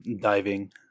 diving